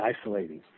isolating